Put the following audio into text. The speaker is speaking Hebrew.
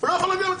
ואני לא אביך אתכם.